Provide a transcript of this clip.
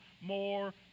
more